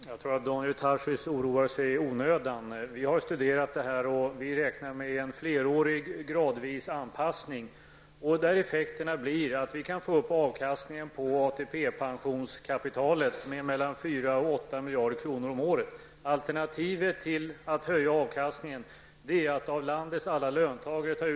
Herr talman! Jag tror att Daniel Tarschys oroar sig i onödan. Efter att ha studerat frågan räknar vi med en flerårig, gradvis anpassning där effekterna blir att avkastningen på ATP-pensionskapitalet ökar med 4--8 miljarder kronor om året. Alternativet till att höja avkastningen är att ta ut 1 000--2 000 kr.